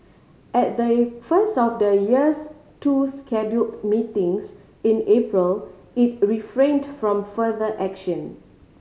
at the first of the year's two scheduled meetings in April it refrained from further action